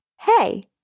hey